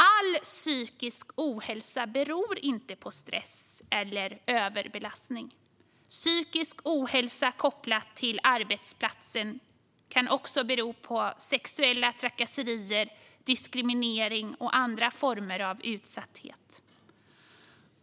All psykisk ohälsa beror dock inte på stress eller överbelastning. Psykisk ohälsa kopplad till arbetsplatsen kan också bero på sexuella trakasserier, diskriminering och andra former av utsatthet.